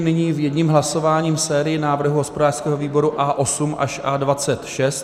Nyní jedním hlasováním sérii návrhů hospodářského výboru A8 až A26.